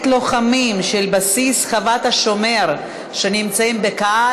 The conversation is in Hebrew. לוחמים של בסיס חוות-השומר שנמצאים בקהל.